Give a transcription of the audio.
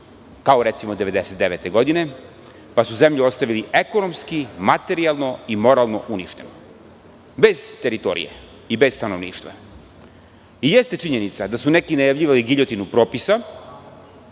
kao recimo 1999. godine, pa su zemlju ostavili ekonomski, materijalno i moralno uništenu, bez teritorije i bez stanovništva. Evo baš o amandmanu. Jeste činjenica da su neki najavljivali giljotinu propisa.